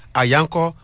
ayanko